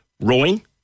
Rowing